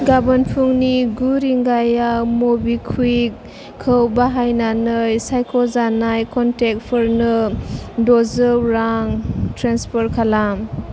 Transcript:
गाबोन फुंनि गु रिंगायाव मबिक्वुइकखौ बाहायनानै सायख'जानाय क'नटेक्टफोरनो द'जौ रां ट्रेन्सफार खालाम